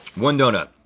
one donut.